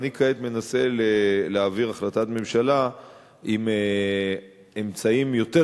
ואני כעת מנסה להעביר החלטת ממשלה עם אמצעים יותר